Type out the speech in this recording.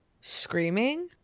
screaming